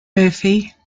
murphy